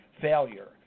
failure